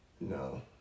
No